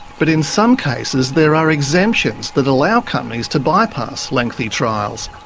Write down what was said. but in some cases there are exemptions that allow companies to bypass lengthy trials.